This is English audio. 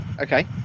Okay